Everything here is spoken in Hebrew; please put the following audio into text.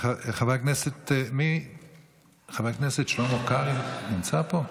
חבר הכנסת שלמה קרעי נמצא פה?